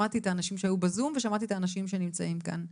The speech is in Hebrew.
שמעתי את האנשים שנמצאים בזום ואת האנשים שנמצאים כאן.